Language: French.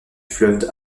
fleuve